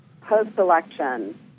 post-election